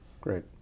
Great